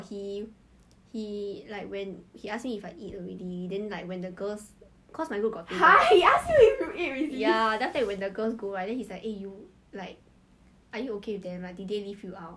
but if you dye your hair then you will can see 很明显的 difference 你懂吗 just 染 lah 你跟你妈妈讲 I think your mum has the impression that 你要染分红色还是蓝色那种 like